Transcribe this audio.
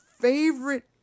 favorite